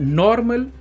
normal